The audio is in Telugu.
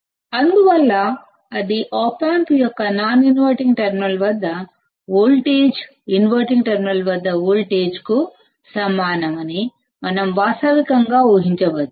అందువల్ల ఆప్ ఆంప్ యొక్క నాన్ ఇన్వర్టింగ్ టెర్మినల్ వద్ద వోల్టేజ్ ఇన్వర్టింగ్ టెర్మినల్ వద్ద వోల్టేజ్ కు సమానమని మనం వాస్తవికంగా ఊహించ వచ్చు